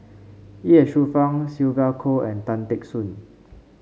Ye Shufang Sylvia Kho and Tan Teck Soon